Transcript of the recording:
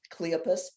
cleopas